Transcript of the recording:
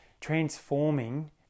transforming